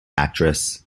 actress